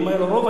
ואם היה לו רוב,